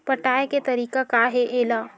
पटाय के तरीका का हे एला?